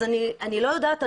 אז אני לא יודעת,